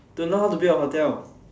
to learn how to build a hotel